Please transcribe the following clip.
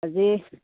আজি